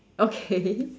okay